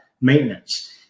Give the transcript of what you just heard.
maintenance